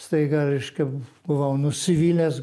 staiga reiškia buvau nusivylęs